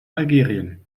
algerien